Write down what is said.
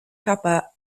kappa